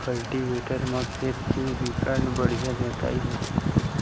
cultivator म खेत के बिकट बड़िहा जोतई होथे